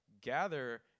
Gather